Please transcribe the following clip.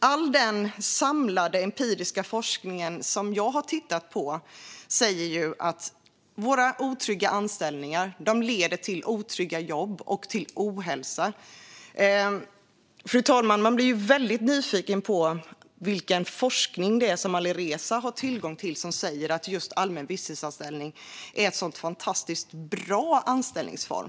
All den samlade empiriska forskning som jag har tittat på säger att våra otrygga anställningar leder till otrygga jobb och till ohälsa. Man blir väldigt nyfiken på vilken forskning det är som Alireza har tillgång till som säger att just allmän visstidsanställning är en så fantastiskt bra anställningsform.